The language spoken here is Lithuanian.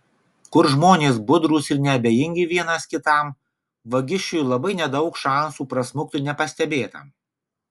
kur žmonės budrūs ir neabejingi vienas kitam vagišiui labai nedaug šansų prasmukti nepastebėtam